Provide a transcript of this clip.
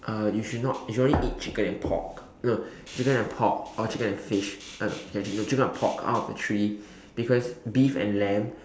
uh you should not you should only eat chicken and pork no chicken and pork or chicken and fish uh no actually chicken and pork out of the three because beef and lamb